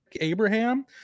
Abraham